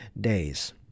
days